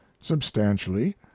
substantially